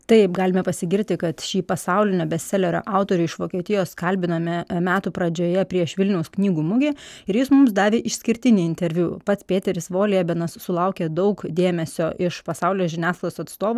taip galime pasigirti kad šį pasaulinio bestselerio autorių iš vokietijos kalbinome metų pradžioje prieš vilniaus knygų mugę ir jis mums davė išskirtinį interviu pats pėteris voljebenas sulaukė daug dėmesio iš pasaulio žiniasklaidos atstovų